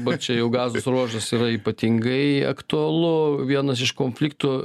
dabar čia jau gazos ruožas yra ypatingai aktualu vienas iš konfliktų